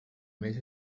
més